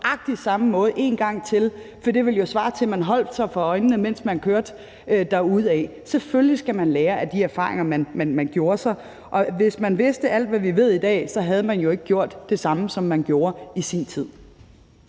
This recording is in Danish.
på nøjagtig samme måde en gang til, for det ville jo svare til, at man holdt sig for øjnene, mens man kørte derudad. Selvfølgelig skal man lære af de erfaringer, man gjorde sig. Og hvis man vidste alt, hvad vi ved i dag, havde man jo ikke gjort det samme, som man gjorde i sin tid.